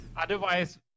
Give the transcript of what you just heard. otherwise